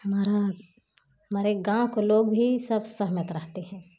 हमारा हमारे गाँव को लोग भी सब सहमत रहते हैं